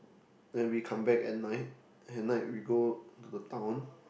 then we come back at night at night we go to the town